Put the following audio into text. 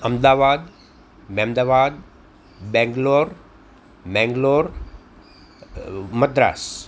Ahmedabad Mehmedabad Bangalore Mangalore Madras